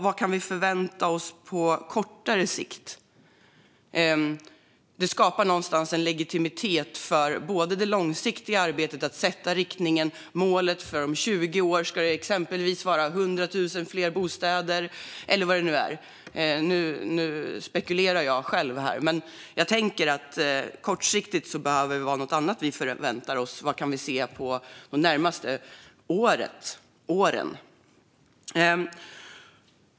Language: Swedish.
Vad kan vi förvänta oss på kortare sikt? Det skapar någonstans en legitimitet för det långsiktiga arbetet att sätta riktningen och målet för att det om 20 år ska vara exempelvis 100 000 fler bostäder, eller vad det nu kan vara - nu spekulerar jag. Men kortsiktigt behöver vi ha något annat att förvänta oss. Vad kan vi se under det närmaste året eller de närmaste åren?